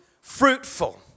fruitful